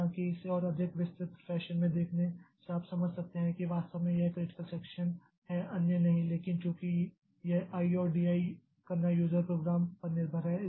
हालाँकि इसे और अधिक विस्तृत फैशन में देखने से आप समझ सकते हैं कि वास्तव में यह क्रिटिकल सेक्षन है अन्य नहीं लेकिन चूंकि यह I और DI करना यूज़र प्रोग्राम पर निर्भर है